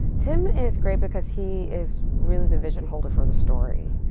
tim is great because he is really the vision holder for the story.